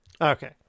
Okay